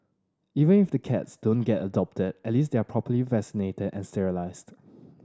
even if the cats don't get adopted at least they are properly vaccinated and sterilised